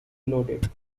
loaded